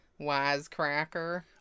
wisecracker